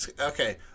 Okay